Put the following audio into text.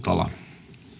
puhemies